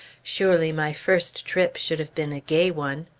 surely my first trip should have been a gay one!